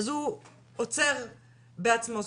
אז הוא עוצר בעצמו,